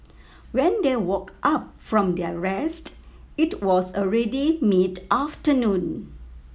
when they woke up from their rest it was already mid afternoon